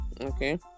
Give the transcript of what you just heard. okay